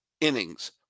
innings